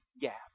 gap